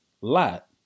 lot